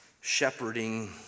shepherding